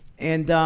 and